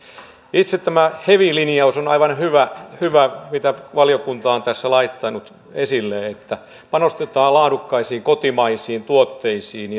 itse tämä hevi linjaus on aivan hyvä hyvä minkä valiokunta on tässä laittanut esille että panostetaan laadukkaisiin kotimaisiin tuotteisiin